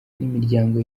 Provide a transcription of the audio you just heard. n’imiryango